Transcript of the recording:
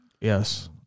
Yes